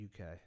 UK